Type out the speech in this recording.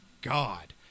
god